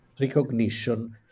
recognition